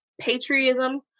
patriotism